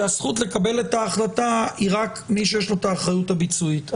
שהזכות לקבל את ההחלטה היא רק מי שיש לו את האחריות הביצועית.